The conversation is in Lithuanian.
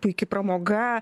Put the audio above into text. puiki pramoga